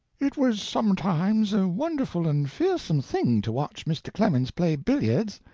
it was sometimes a wonderful and fearsome thing to watch mr. clemens play billiards,